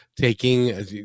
taking